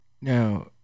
Now